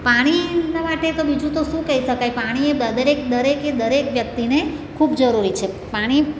પાણીના માટે તો બીજું તો શું કહી શકાય પાણી એ દરેકે દરેક વ્યક્તિને ખૂબ જરૂરી છે પાણી